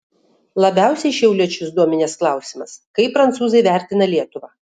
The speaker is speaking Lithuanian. labiausiai šiauliečius dominęs klausimas kaip prancūzai vertina lietuvą